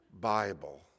Bible